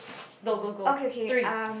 go go go three